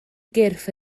gyrff